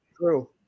True